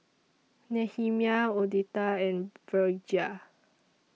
Nehemiah Odette and Virgia